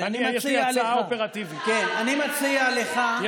ואני מציע לך.